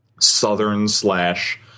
southern-slash-